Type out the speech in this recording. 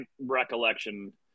recollection